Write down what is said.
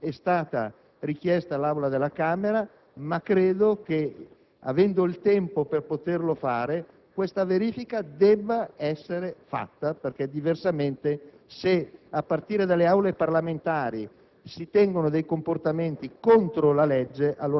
fiducia che sicuramente è illegale nel momento in cui è stata posta nell'Aula della Camera. Credo che, avendo il tempo per poterlo fare, tale verifica debba essere compiuta. Diversamente, se a partire dalle Aule parlamentari